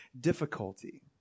difficulty